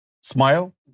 smile